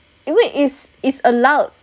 wait it's it's allowed